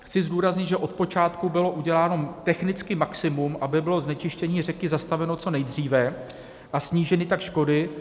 Chci zdůraznit, že od počátku bylo uděláno technicky maximum, aby bylo znečištění řeky zastaveno co nejdříve a sníženy tak škody.